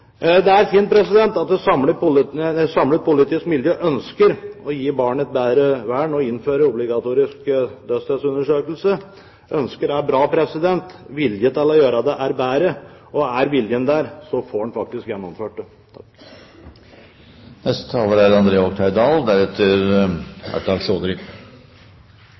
er fint at et samlet politisk miljø ønsker å gi barnet et bedre vern og innføre obligatorisk dødsstedsundersøkelse. Ønsker er bra, vilje til å gjøre det er bedre. Er viljen der, får en faktisk gjennomført det. Vi kommer oss viktige skritt videre i dag. Å innføre etterforskningsplikt er